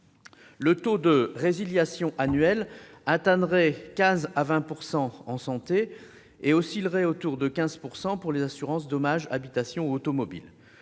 Le taux de résiliation annuelle atteindrait 15 % à 20 % en santé et oscillerait autour de 15 % pour les assurances dommages habitation et automobile.